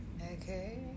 Okay